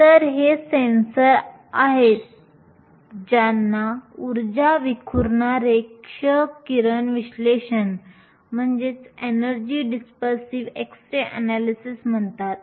तर हे सेन्सर आहेत ज्यांना ऊर्जा विखुरणारे क्ष किरण विश्लेषण म्हणतात